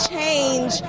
change